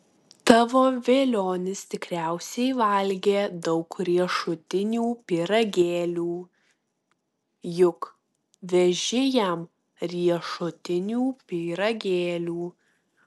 tavo velionis tikriausiai valgė daug riešutinių pyragėlių juk veži jam riešutinių pyragėlių